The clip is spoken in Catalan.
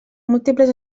múltiples